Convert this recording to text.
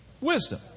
Wisdom